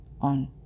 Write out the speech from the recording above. on